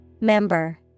Member